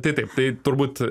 tai taip tai turbūt